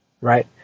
right